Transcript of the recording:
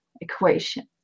equation